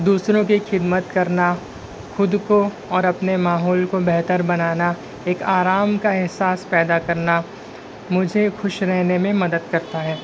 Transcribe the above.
دوسروں کی خدمت کرنا خود کو اور اپنے ماحول کو بہتر بنانا ایک آرام کا احساس پیدا کرنا مجھے خوش رہنے میں مدد کرتا ہے